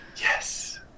Yes